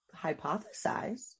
hypothesize